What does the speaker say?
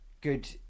Good